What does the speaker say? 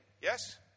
yes